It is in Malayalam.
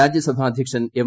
രാജ്യസഭാ അദ്ധ്യക്ഷൻ എം